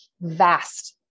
vast